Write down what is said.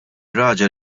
raġel